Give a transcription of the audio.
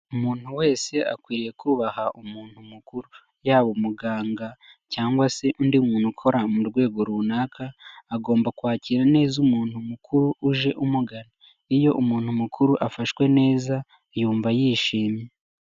Umuntu wese akwiriye kubaha umuntu mukuru. Yaba umuganga cyangwa se undi muntu ukora murwego runaka, agomba kwakira neza umuntu mukuru uje umugana. Iyo umuntu mukuru afashwe neza yumva yishimye.